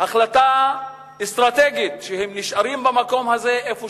החלטה אסטרטגית שהם נשארים במקום הזה איפה